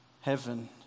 Heaven